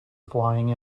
flying